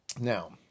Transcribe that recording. Now